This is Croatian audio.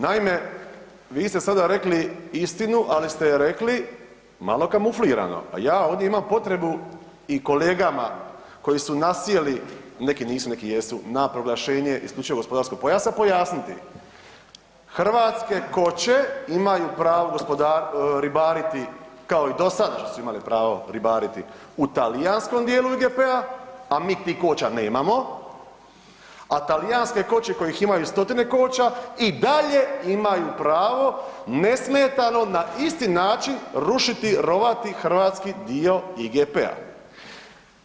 Naime, vi ste sada rekli istinu ali ste je rekli malo kamuflirano a ja ovdje imam potrebu i kolegama koji su nasjeli, neki nisu, neki jesu, na proglašenje IGP-a pojasniti hrvatske koće imaju pravo ribariti kao i dosad što su imali pravo ribariti u talijanskom djelu IGP-a a mi tih koća nemamo a talijanske koće kojih imaju stotine koća i dalje imaju pravo nesmetano na isti način rušiti, rovati hrvatski dio IGP-a.